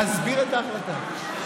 להסביר את ההחלטה.